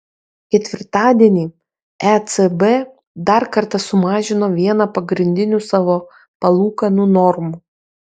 ketvirtadienį ecb dar kartą sumažino vieną pagrindinių savo palūkanų normų